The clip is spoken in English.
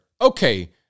okay